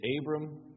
Abram